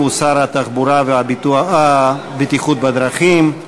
המשיב הוא שר התחבורה והבטיחות בדרכים.